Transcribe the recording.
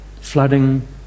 flooding